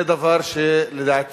זה דבר שלדעתי